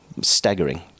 staggering